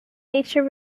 nature